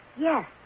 Yes